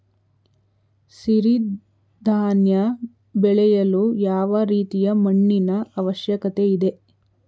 ಸಿರಿ ಧಾನ್ಯ ಬೆಳೆಯಲು ಯಾವ ರೀತಿಯ ಮಣ್ಣಿನ ಅವಶ್ಯಕತೆ ಇದೆ?